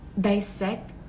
dissect